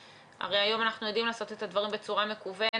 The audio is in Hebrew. הרי היום אנחנו יודעים לעשות את הדברים בצורה מקוונת.